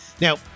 Now